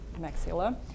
maxilla